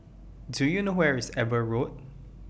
Do YOU know Where IS Eber Road